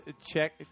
check